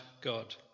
God